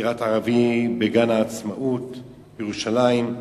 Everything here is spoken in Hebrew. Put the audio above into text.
דקירת ערבי בגן-העצמאות בירושלים,